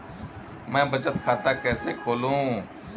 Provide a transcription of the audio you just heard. मैं बचत खाता कैसे खोलूं?